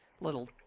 little